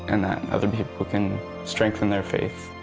and other people can strengthen their faith.